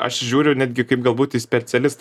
aš žiūriu netgi kaip galbūt į specialistą